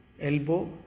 elbow